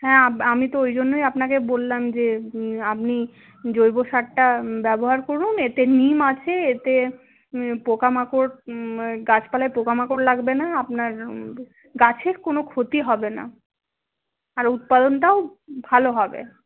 হ্যাঁ আমিতো ওই জন্যই আপনাকে বললাম যে আপনি জৈব সারটা ব্যবহার করুন এতে নিম আছে এতে পোকা মাকড় গাছপালায় পোকামাকড় লাগবে না আপনার গাছের কোনো ক্ষতি হবেনা আর উৎপাদনটাও ভালো হবে